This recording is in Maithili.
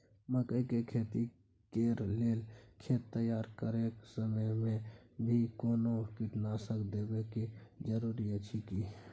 मकई के खेती कैर लेल खेत तैयार करैक समय मे भी कोनो कीटनासक देबै के जरूरी अछि की?